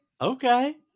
okay